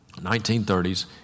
1930s